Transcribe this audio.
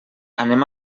anem